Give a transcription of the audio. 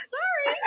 Sorry